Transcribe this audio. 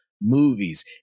movies